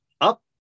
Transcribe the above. up